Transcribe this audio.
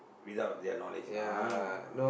without their knowledge lah ah ah